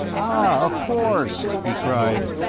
of course, he cried,